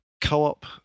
co-op